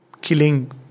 killing